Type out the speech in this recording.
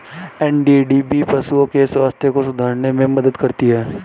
NDDB पशुओं के स्वास्थ्य को सुधारने में मदद करती है